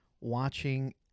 watching